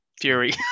fury